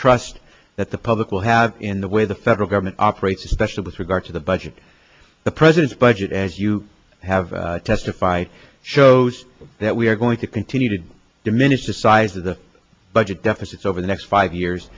trust that the public will have in the way the federal government operates especially with regard to the budget the president's budget as you have testified shows that we are going to continue to diminish the size of the budget deficits over the next five years